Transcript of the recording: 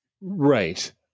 Right